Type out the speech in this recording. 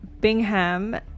Bingham